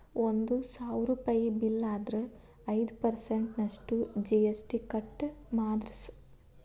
ಒಂದ್ ಸಾವ್ರುಪಯಿ ಬಿಲ್ಲ್ ಆದ್ರ ಐದ್ ಪರ್ಸನ್ಟ್ ನಷ್ಟು ಜಿ.ಎಸ್.ಟಿ ಕಟ್ ಮಾದ್ರ್ಸ್